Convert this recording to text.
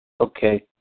Okay